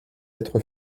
être